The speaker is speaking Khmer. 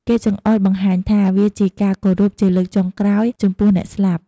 គេចង្អុលបង្ហាញថា វាជាការគោរពជាលើកចុងក្រោយចំពោះអ្នកស្លាប់។